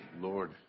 Lord